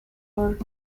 for